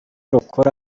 rukora